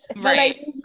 Right